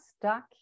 stuck